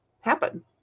happen